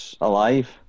alive